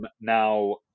now